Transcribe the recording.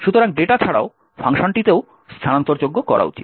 সুতরাং ডেটা ছাড়াও ফাংশনটিকেও স্থানান্তরযোগ্য করা উচিত